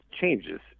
changes